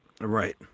Right